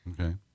okay